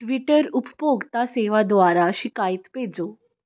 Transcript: Twitter ਉਪਭੋਗਤਾ ਸੇਵਾ ਦੁਆਰਾ ਸ਼ਿਕਾਇਤ ਭੇਜੋ